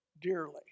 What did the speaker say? dearly